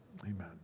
Amen